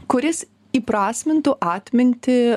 kuris įprasmintų atmintį